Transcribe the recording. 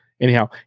anyhow